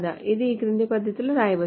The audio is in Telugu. ఇది క్రింది పద్ధతిలో వ్రాయవచ్చు